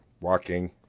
walking